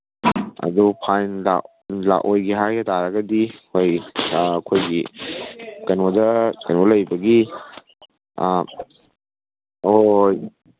ꯑꯗꯨ ꯐꯥꯏꯟ ꯂꯥꯛꯑꯣꯏꯒꯦ ꯍꯥꯏꯕ ꯇꯥꯔꯒꯗꯤ ꯑꯩꯈꯣꯏ ꯑꯩꯈꯣꯏꯒꯤ ꯀꯩꯅꯣꯗ ꯀꯩꯅꯣ ꯂꯩꯕꯒꯤ ꯍꯣꯏ